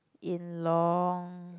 in long